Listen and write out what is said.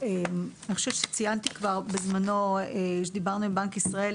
אני חושבת שציינתי כבר בזמנו כשדיברנו עם בנק ישראל,